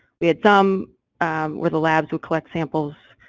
we had some where the labs would collect samples,